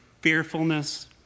fearfulness